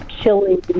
chili